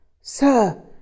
Sir